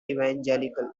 evangelical